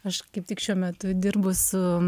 aš kaip tik šiuo metu dirbu su